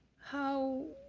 how